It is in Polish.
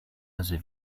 nazy